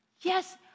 Yes